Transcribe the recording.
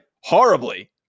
horribly